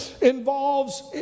involves